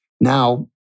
Now